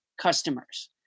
customers